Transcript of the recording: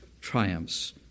triumphs